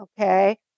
Okay